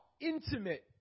intimate